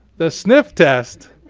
the sniff test,